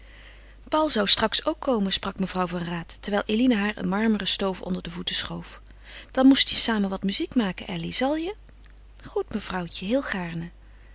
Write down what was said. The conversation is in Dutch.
paul zou straks ook komen sprak mevrouw van raat terwijl eline haar een marmeren stoof onder de voeten schoof dan moest je samen wat muziek maken elly zal je goed mevrouwtje heel gaarne